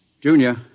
Junior